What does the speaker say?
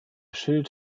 schild